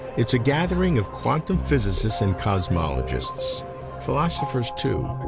it's a gathering of quantum physicists and cosmologists philosophers, too.